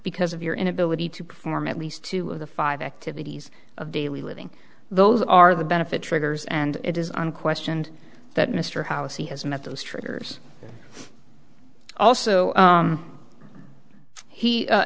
because of your inability to perform at least two of the five activities of daily living those are the benefit triggers and it is unquestioned that mr house he has met those triggers also